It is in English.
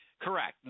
Correct